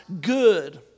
good